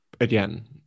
again